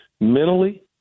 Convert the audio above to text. mentally